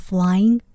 Flying